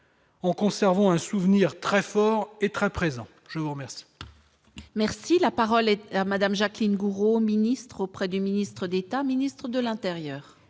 en conservant un souvenir très fort et très présent, je vous remercie. Merci, la parole est à Madame Jacqueline Gourault, ministre auprès du ministre d'État, ministre de l'Intérieur.